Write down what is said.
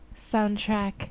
soundtrack